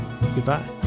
Goodbye